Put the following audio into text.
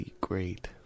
great